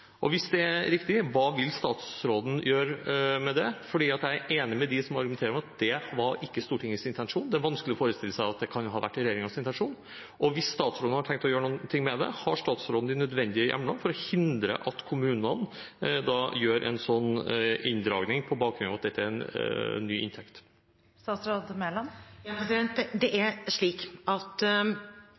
Hvis det er riktig, hva vil statsråden gjøre med det? Jeg er enig med dem som argumenterer med at det ikke var Stortingets intensjon, og det er vanskelig å forestille seg at det kan ha vært regjeringens intensjon. Og hvis statsråden har tenkt å gjøre noe med det, har statsråden de nødvendige hjemler for å hindre at kommunene gjør en slik inndragning på bakgrunn av at dette er en ny inntekt? Det er slik at dekning av økte strømutgifter gjennom bostøtten går til alle dem som mottar bostøtte. Når det